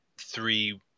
Three